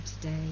today